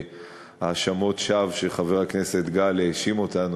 האשמות שווא שחבר הכנסת גל האשים אותנו,